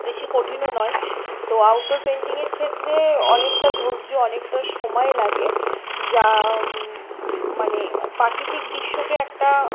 বেশি কঠিনও নয় তো আউটডোর পেইন্টিংয়ের ক্ষেত্রে অনেকটা ধৈর্য অনেকটা সময় লাগে যা মানে প্রাকৃতিক দৃশ্যকে একটা